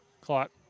clock